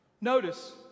Notice